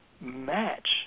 match